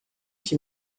que